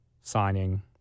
signing